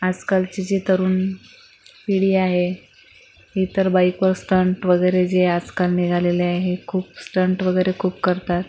आसकालची जी तरुण पिढी आहे ही तर बाइकवर स्टंट वगैरे जे आजकाल निघालेले आहे खूप स्टंट वगैरे खूप करतात